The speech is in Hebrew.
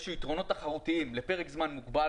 שהם יתרונות תחרותיים לפרק זמן מוגבל,